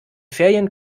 ferien